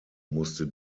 musste